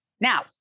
now